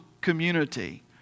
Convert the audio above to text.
community